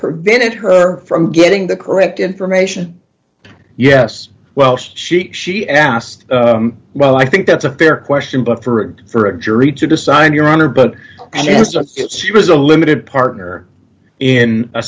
prevented her from getting the correct information yes well she she asked well i think that's a fair question but for for a jury to decide your honor but she was a limited partner in a